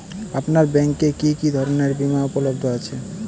আপনার ব্যাঙ্ক এ কি কি ধরনের বিমা উপলব্ধ আছে?